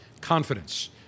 Confidence